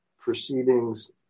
proceedings